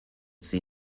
sie